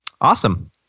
Awesome